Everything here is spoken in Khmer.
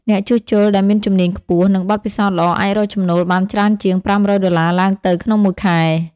អ្នកជួសជុលដែលមានជំនាញខ្ពស់ និងបទពិសោធន៍ល្អអាចរកចំណូលបានច្រើនជាង ៥០០ ដុល្លារឡើងទៅក្នុងមួយខែ។